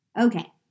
Okay